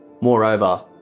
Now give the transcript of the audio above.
Moreover